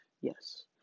Yes